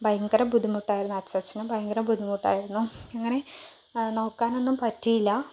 ഭയങ്കര ബുദ്ധിമുട്ടായിരുന്നു അച്ചച്ചനും ഭയങ്കര ബുദ്ധിമുട്ടായിരുന്നു അങ്ങനെ നോക്കാനൊന്നും പറ്റിയില്ല